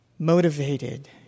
Motivated